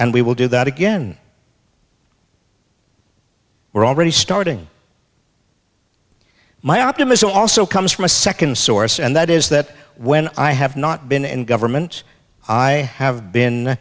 and we will do that again we're already starting my optimism also comes from a second source and that is that when i have not been in government i have been